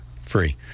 free